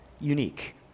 unique